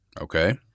Okay